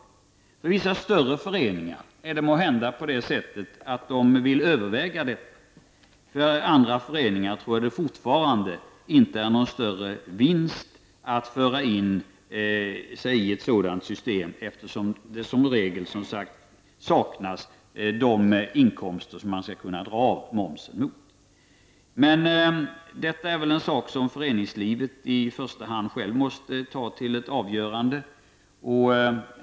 Vissa större föreningar vill måhända överväga detta, men för andra föreningar är det fortfarande inte någon större vinst med ett sådant system, eftersom man som sagt saknar inkomster som man skulle kunna dra av momsen mot. Detta är väl en sak som föreningslivet i första hand måste avgöra.